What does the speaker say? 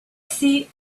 see